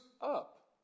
up